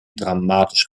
dramatisch